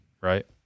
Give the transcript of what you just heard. Right